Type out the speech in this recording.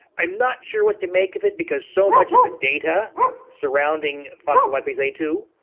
i'm not sure what to make of it because so much of the data surrounding phospholipase a two,